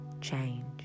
change